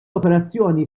operazzjoni